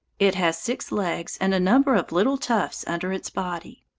it has six legs and a number of little tufts under its body.